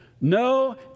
No